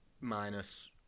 minus